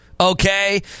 Okay